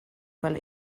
fel